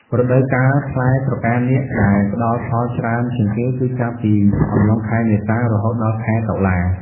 រដូវកាលផ្លែស្រកានាគដែលផ្តល់ផលច្រើនជាងគេគឺចាប់ពីអំឡុងខែ មេសា រហូតដល់ ខែតុលា។